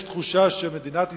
יש תחושה שמדינת ישראל,